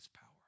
power